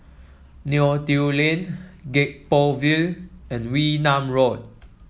Neo Tiew Lane Gek Poh Ville and Wee Nam Road